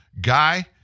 guy